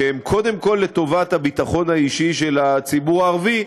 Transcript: שהם קודם כול לטובת הביטחון האישי של הציבור הערבי,